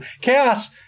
chaos